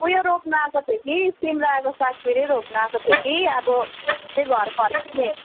उयो रोप्नु आएको थिएँ कि सिमरायोको साग फेरि रोप्नु आएको थिएँ कि अब चाहिँ घर फर्किने